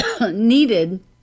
needed